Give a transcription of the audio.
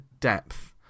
depth